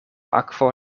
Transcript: akvo